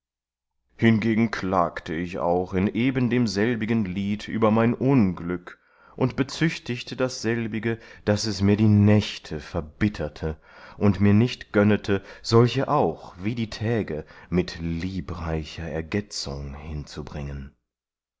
hingegen klagte ich auch in ebendemselbigen lied über mein unglück und bezüchtigte dasselbige daß es mir die nächte verbitterte und mir nicht gönnete solche auch wie die täge mit liebreicher ergetzung hinzubringen